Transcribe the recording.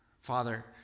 Father